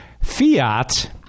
Fiat